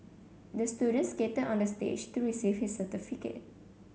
the student skated on the stage to receive his certificate